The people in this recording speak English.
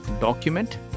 document